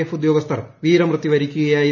F ഉദ്യോഗസ്ഥർ വീരമൃത്യു വരിക്കുകയായിരുന്നു